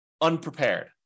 unprepared